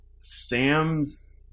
Sam's